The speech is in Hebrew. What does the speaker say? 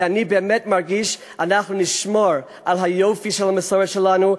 ואני באמת מרגיש שאנחנו נשמור על היופי של המסורת שלנו,